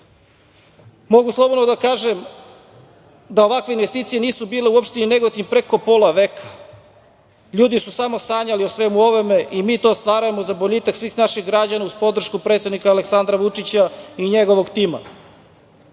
evra. Mogu slobodno da kažem da ovakve investicije nisu bile u opštini Negotin preko pola veka. Ljudi su samo sanjali o svemu ovome i mi to stvaramo za boljitak svih naših građana uz podršku predsednika Aleksandra Vučića i njegovog tima. Ja